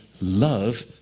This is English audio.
love